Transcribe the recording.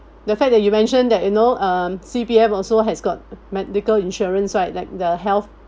the fact that you mentioned that you know um C_P_F also has got medical insurance right like the health